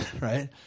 right